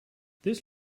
this